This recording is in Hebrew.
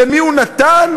למי הוא נתן,